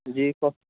جی جی